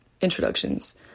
introductions